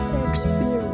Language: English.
experience